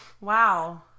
Wow